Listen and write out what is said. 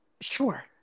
Sure